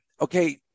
okay